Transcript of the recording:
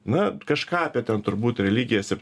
na kažką apie ten turbūt religijas ir